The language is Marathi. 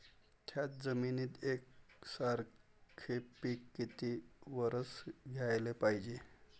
थ्याच जमिनीत यकसारखे पिकं किती वरसं घ्याले पायजे?